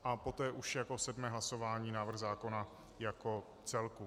A poté už jako sedmé hlasování návrh zákona jako celku.